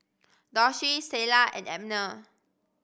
Doshie Sheilah and Abner